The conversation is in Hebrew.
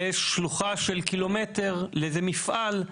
יש שלוחה של קילומטר לאיזה מפעל.